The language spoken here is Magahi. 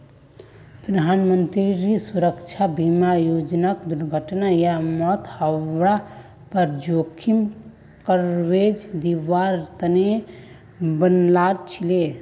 प्रधानमंत्री सुरक्षा बीमा योजनाक दुर्घटना या मौत हवार पर जोखिम कवरेज दिवार तने बनाल छीले